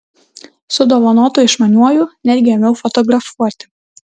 su dovanotu išmaniuoju netgi ėmiau fotografuoti